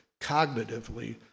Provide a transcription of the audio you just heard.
cognitively